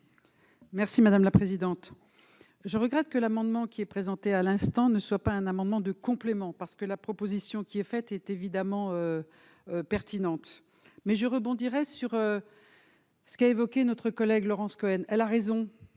Merci madame la présidente, je regrette que l'amendement qui est présenté à l'instant, ne soit pas un amendement de complément parce que la proposition qui est faite est évidemment pertinente mais je rebondirai sur. Ce qui a évoqué notre collègue Laurence Cohen, elle a raison,